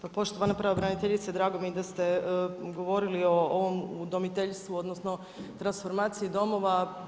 Pa poštovana pravobraniteljice drago mi je da ste govorili o ovom udomiteljstvu odnosno transformaciji domova.